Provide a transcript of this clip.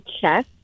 chess